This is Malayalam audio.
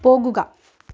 പോകുക